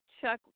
Chuck